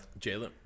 Jalen